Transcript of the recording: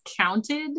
counted